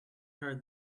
heard